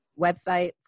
websites